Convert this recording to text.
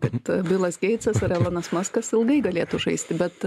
kad bilas geitsas ar elonas muskas ilgai galėtų žaisti bet